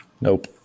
Nope